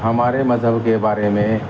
ہمارے مذہب کے بارے میں